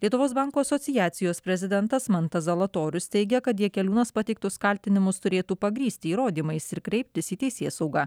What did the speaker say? lietuvos bankų asociacijos prezidentas mantas zalatorius teigia kad jakeliūnas pateiktus kaltinimus turėtų pagrįsti įrodymais ir kreiptis į teisėsaugą